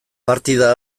partida